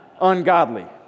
ungodly